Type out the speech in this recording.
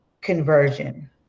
conversion